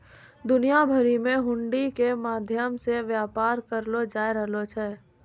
दुनिया भरि मे हुंडी के माध्यम से व्यापार करलो जाय रहलो छै